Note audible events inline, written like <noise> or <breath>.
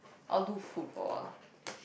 I'll do food for a while <breath>